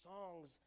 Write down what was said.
songs